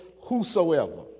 whosoever